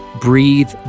breathe